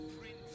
Prince